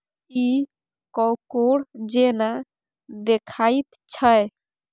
इ कॉकोड़ जेना देखाइत छै